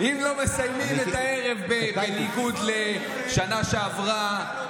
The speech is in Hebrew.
אם לא מסיימים את הערב עם: בניגוד לשנה שעברה,